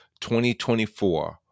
2024